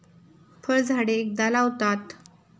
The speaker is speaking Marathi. फळझाडे एकदा लावतात